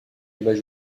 débats